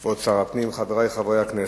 תודה רבה לך, כבוד שר הפנים, חברי חברי הכנסת,